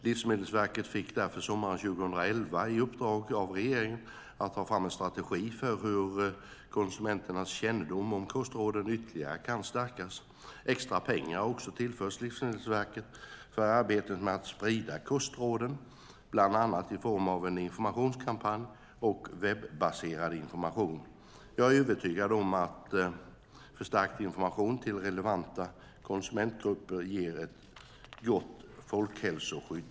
Livsmedelsverket fick därför sommaren 2011 i uppdrag av regeringen att ta fram en strategi för hur konsumenternas kännedom om kostråden ytterligare kan stärkas. Extra pengar har också tillförts Livsmedelsverket för arbetet med att sprida kostråden, bland annat i form av en informationskampanj och webbaserad information. Jag är övertygad om att förstärkt information till relevanta konsumentgrupper ger ett gott folkhälsoskydd.